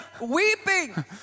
weeping